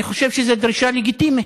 אני חושב שזו דרישה לגיטימית.